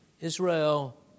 Israel